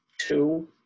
two